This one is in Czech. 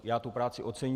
Já tu práci oceňuji.